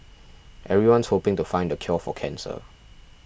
everyone's hoping to find the cure for cancer